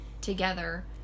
together